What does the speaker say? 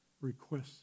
requests